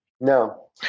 No